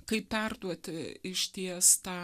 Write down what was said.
kaip perduoti išties tą